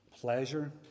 pleasure